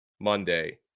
Monday